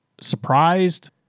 Surprised